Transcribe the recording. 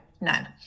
none